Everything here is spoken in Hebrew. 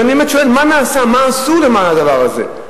ואני באמת שואל, מה עשו למען הדבר הזה?